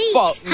fuck